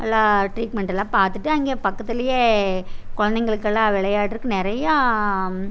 எல்லாம் ட்ரீட்மெண்ட்டெல்லாம் பார்த்துட்டு அங்கே பக்கத்திலயே குழந்தைகளுக்கு எல்லாம் விளையாடுறதுக்கு நிறையா